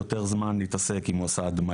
ויותר יש לי זמן להתעסק בהאם הוא עשה הדמיה,